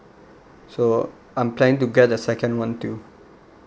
so I'm planning to get the second one too